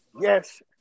yes